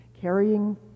carrying